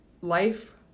life